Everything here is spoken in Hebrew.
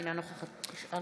אינה נוכחת תודה